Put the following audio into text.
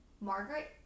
Margaret